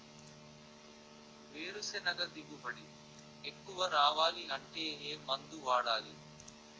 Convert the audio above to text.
వేరుసెనగ దిగుబడి ఎక్కువ రావాలి అంటే ఏ మందు వాడాలి?